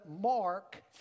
Mark